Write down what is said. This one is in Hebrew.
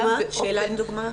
מה עם דוגמה?